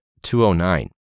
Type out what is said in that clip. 209